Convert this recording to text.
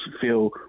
feel